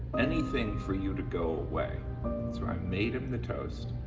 anything for you to go away. so i made him the toast.